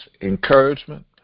encouragement